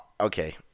okay